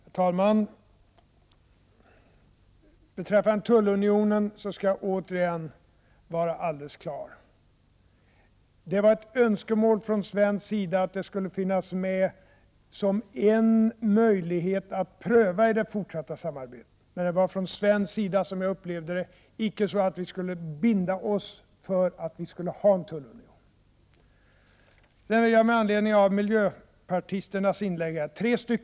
Herr talman! Beträffande tullunionen skall jag återigen uttrycka mig alldeles klart. Det var ett önskemål från svensk sida att den skulle finnas med som en möjlighet att pröva i det fortsatta samarbetet. Men vi skulle icke från svensk sida, som jag upplevde det, binda oss för att införa en tullunion. Med anledning av miljöpartisternas inlägg vill jag säga följande.